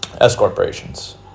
S-Corporations